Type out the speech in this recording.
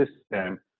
system